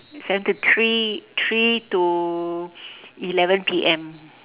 seven to three three to eleven P_M